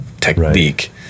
technique